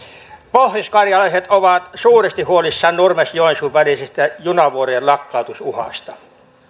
pohjoiskarjalaiset ovat suuresti huolissaan nurmes joensuu välisten junavuorojen lakkautus uhasta